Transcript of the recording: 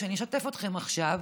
שאני אשתף אותה איתכם עכשיו,